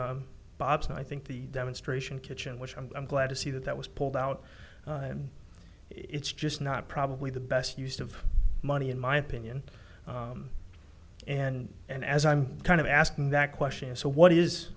so i think the demonstration kitchen which i'm glad to see that that was pulled out and it's just not probably the best use of money in my opinion and and as i'm kind of asking that question so what is